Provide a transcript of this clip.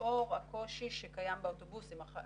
ופה הקושי שקיים באוטובוסים,